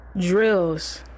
drills